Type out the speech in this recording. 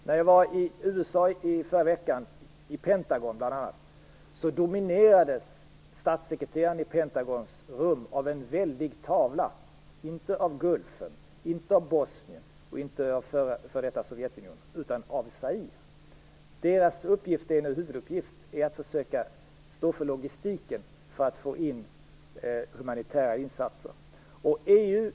När jag var i USA i förra veckan, bl.a. i Pentagon, dominerades statssekreterarens rum av en väldig tavla, inte av Gulfen, inte av Bosnien och inte av f.d. Sovjetunionen utan av Zaire. Huvuduppgiften är nu att försöka stå för logistiken för att få in humanitära insatser.